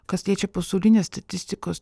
kas liečia pasaulinės statistikos